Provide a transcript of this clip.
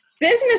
Business